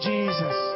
Jesus